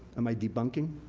am i debunking,